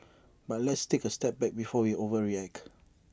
but let's take A step back before we overreact